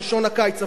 של שעון הקיץ.